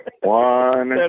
one